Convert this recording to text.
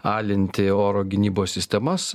alinti oro gynybos sistemas